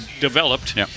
developed